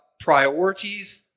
priorities